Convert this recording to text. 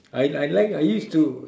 I I like I used to